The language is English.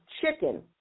chicken